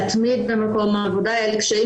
קשה להתמיד במקום עבודה ואלה קשיים